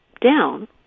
down